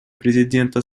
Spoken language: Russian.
президента